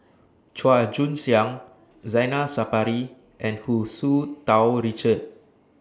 Chua Joon Siang Zainal Sapari and Hu Tsu Tau Richard